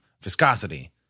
Viscosity